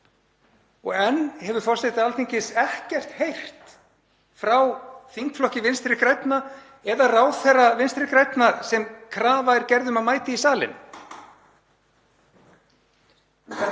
og enn hefur forseti Alþingis ekkert heyrt frá þingflokki Vinstri grænna eða ráðherra Vinstri grænna sem krafa er gerð um að mæti í salinn.